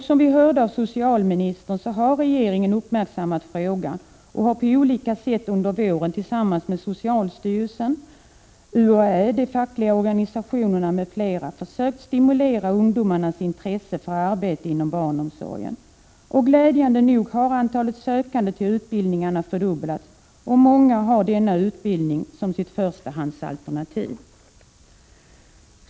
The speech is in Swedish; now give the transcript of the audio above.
Som vi hörde av socialministern har regeringen uppmärksammat frågan, och den har på olika sätt under våren tillsammans med socialstyrelsen, UHÄ, de fackliga organisationerna m.fl. försökt stimulera ungdomarnas intresse för arbete inom barnomsorgen. Glädjande nog har antalet sökande till utbildningarna fördubblats i vår, och många har denna utbildning som sitt förstahandsalternativ.